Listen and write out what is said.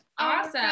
awesome